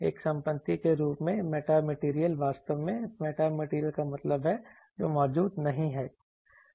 एक संपत्ति के रूप में मेटामेटीरियल वास्तव में मेटामेटीरियल का मतलब है जो मौजूद नहीं है